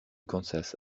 kansas